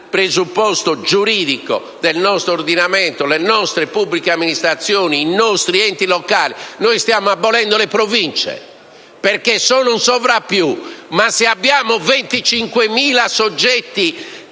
presupposto giuridico del nostro ordinamento: le nostre pubbliche amministrazioni e i nostri enti locali. Stiamo abolendo le Province, perché sono un sovrappiù, ma se abbiamo 25.000 soggetti